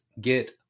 get